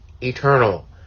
eternal